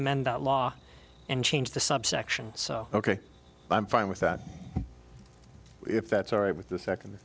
amend the law and change the subsection so ok i'm fine with that if that's alright with the second